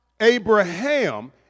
Abraham